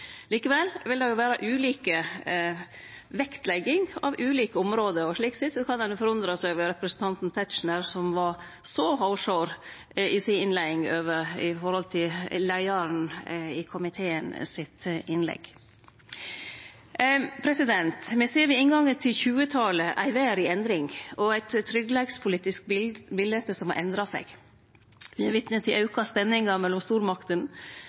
Likevel vil det vere ulik vektlegging av ulike område, og slik sett kan ein forundre seg over representanten Tetzschner, som i innleiinga si var så hårsår når det galdt innlegget til leiaren i komiteen. Me ser ved inngangen til 2020-talet ei verd i endring og eit tryggleikspolitisk bilete som har endra seg. Me er vitne til auka spenningar mellom stormaktene,